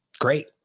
great